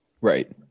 Right